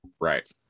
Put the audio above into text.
Right